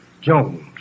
Jones